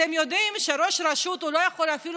אתם יודעים שראש רשות לא יכול אפילו